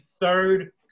third